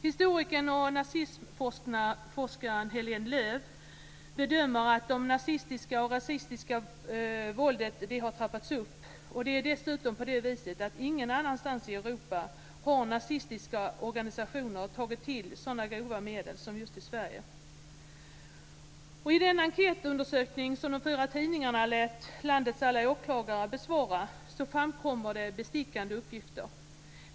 Historikern och nazismforskaren Heléne Lööw bedömer att det nazistiska och rasistiska våldet har trappats upp. Det är dessutom på det viset att ingen annanstans i Europa har nazistiska organisationer tagit till sådana grova medel som just i Sverige. I den enkätundersökning som de fyra tidningarna lät landets alla åklagare besvara framkommer det bestickande uppgifter.